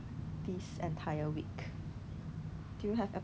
err is it the potato chips